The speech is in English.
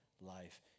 life